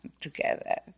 together